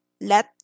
let